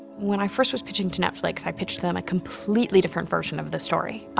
when i first was pitching to netflix, i pitched them a completely different version of the story,